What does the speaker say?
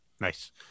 Nice